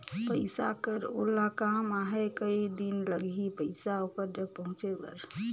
पइसा कर ओला काम आहे कये दिन लगही पइसा ओकर जग पहुंचे बर?